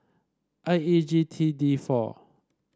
I E G T D four